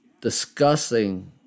discussing